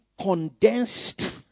condensed